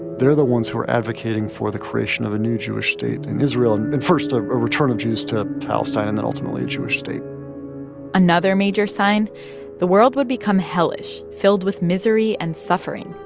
they're the ones who are advocating for the creation of a new jewish state in israel and and, first, ah a return of jews to palestine and then, ultimately, a jewish state another major sign the world would become hellish, filled with misery and suffering,